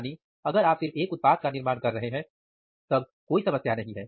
यानी अगर आप सिर्फ एक उत्पाद का निर्माण कर रहे हैं तब तो कोई समस्या नहीं है